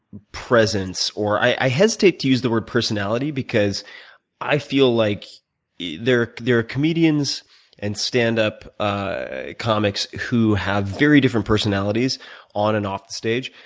presence or i hesitate to use the word personality because i feel like yeah there there are comedians and standup ah comics who have very different personalities on and off the stage.